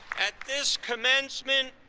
at this commencement,